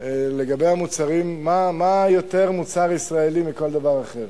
מה יותר מוצר ישראלי מכל דבר אחר,